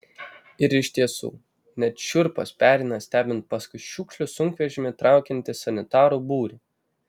ir iš tiesų net šiurpas pereina stebint paskui šiukšlių sunkvežimį traukiantį sanitarų būrį